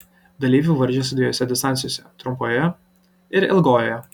dalyviai varžėsi dviejose distancijose trumpojoje ir ilgojoje